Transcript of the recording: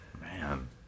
man